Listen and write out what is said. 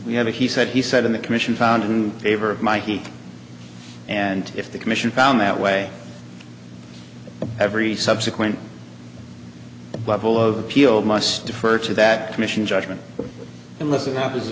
we have a he said he said in the commission found in favor of mikey and if the commission found that way every subsequent level of appeal must defer to that commission judgment and listen opposite